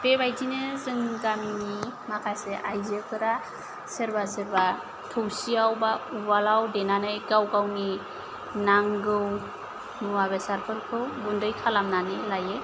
बेबादिनो जोंनि गामिनि माखासे आयजोफोरा सोरबा सोरबा थौसियाव बा उवालाव देनानै गाव गावनि नांगौ मुवा बेसारफोरखौ गुन्दै खालामनानै लायो